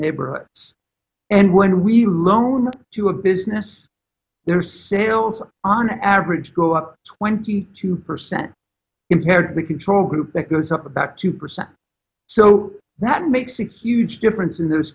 neighborhoods and when we loan them to a business their sales on average go up twenty two percent compared to the control group that goes up the back two percent so that makes a huge difference in those